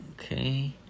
Okay